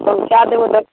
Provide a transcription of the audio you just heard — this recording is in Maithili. पहुँचा देब